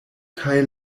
kaj